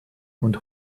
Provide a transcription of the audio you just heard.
und